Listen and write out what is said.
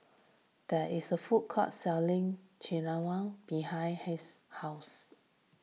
there is a food court selling Nikujaga behind Haden's house